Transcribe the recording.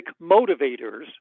motivators